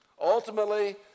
Ultimately